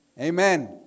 Amen